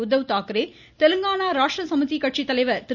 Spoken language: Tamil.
உத்தவ் தாக்கரே தெலுங்கானா ராஷ்ட்ர சமிதி கட்சி தலைவர் திரு